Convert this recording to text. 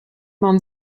man